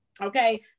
Okay